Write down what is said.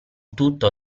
tutto